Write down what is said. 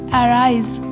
arise